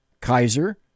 Kaiser